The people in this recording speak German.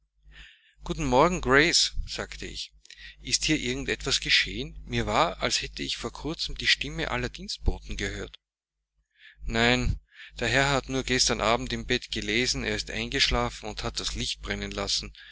guten morgen grace sagte ich ist hier irgend etwas geschehen mir war als hätte ich vor kurzem die stimmen aller dienstboten gehört nein der herr hat nur gestern abend im bette gelesen er ist eingeschlafen und hat das licht brennen lassen